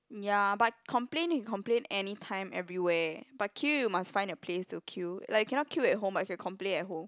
ya but complain we complain anytime everywhere but queue you must find a place to queue like you cannot queue at home but you can complain at home